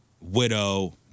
widow